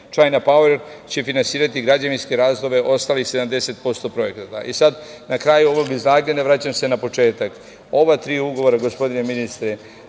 „Čajna pauer“ će finansirati građevinske radove, ostalih 70% projekata. Na kraju ovog izlaganja vraćam se na početak. Ova tri ugovora, gospodine ministre,